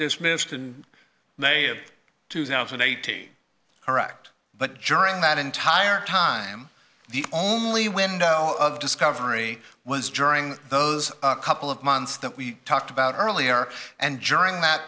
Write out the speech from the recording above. dismissed in may of two thousand and eighty correct but juror in that entire time the only window of discovery was during those couple of months that we talked about earlier and during that